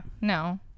No